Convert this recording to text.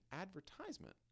advertisement